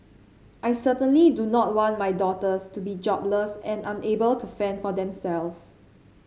I certainly do not want my daughters to be jobless and unable to fend for themselves